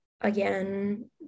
again